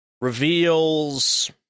reveals